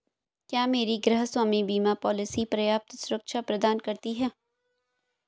क्या मेरी गृहस्वामी बीमा पॉलिसी पर्याप्त सुरक्षा प्रदान करती है?